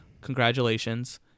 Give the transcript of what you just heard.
congratulations